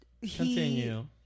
Continue